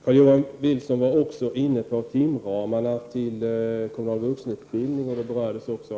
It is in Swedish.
Carl-Johan Wilson var också inne på timramarna för kommunal vuxenutbildning, som även Ulf Melin berörde.